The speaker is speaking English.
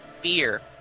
Fear